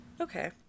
Okay